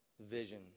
vision